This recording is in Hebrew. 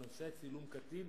בנושא צילום קטין.